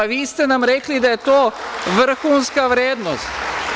Vi ste nam rekli da je to vrhunska vrednost.